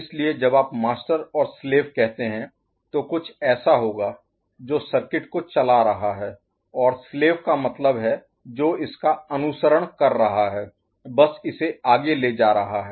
इसलिए जब आप मास्टर और स्लेव कहते हैं तो कुछ ऐसा होगा जो सर्किट को चला रहा है और स्लेव का मतलब है जो इसका अनुसरण कर रहा है बस इसे आगे ले जा रहा है